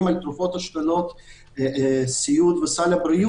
ולא מדברים על הסעיף זה בחוק הזה.